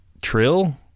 trill